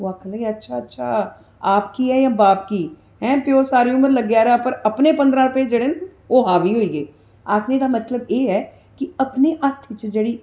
ओह् आखन लगे अच्छा अच्छा आप की ऐ जां बाप की ऐ प्यो सारी उमर लग्गे दा रेहा पर अपने पंदरां रपेऽ जेह्ड़े न ओह् हावी होई गे न आखने दा मतलब ऐ कि अपने हत्थ च जेह्ड़ी